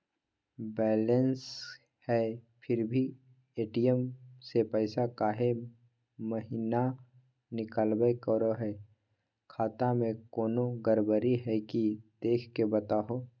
Balance है फिर भी भी ए.टी.एम से पैसा काहे महिना निकलब करो है, खाता में कोनो गड़बड़ी है की देख के बताहों?